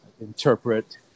Interpret